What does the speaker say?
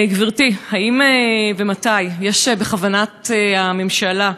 גברתי, האם ומתי יש בכוונת הממשלה,